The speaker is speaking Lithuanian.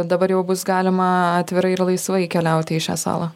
dabar jau bus galima atvirai ir laisvai keliauti į šią salą